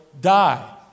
die